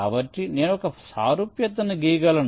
కాబట్టి నేను ఒక సారూప్యతను గీయగలను